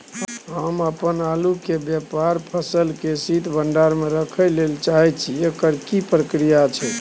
हम अपन आलू के तैयार फसल के शीत भंडार में रखै लेल चाहे छी, एकर की प्रक्रिया छै?